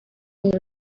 built